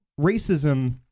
racism